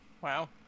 Wow